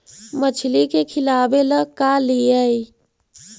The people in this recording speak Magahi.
मछली के खिलाबे ल का लिअइ?